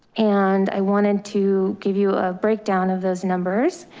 and i wanted to give you a breakdown of those numbers.